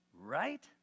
right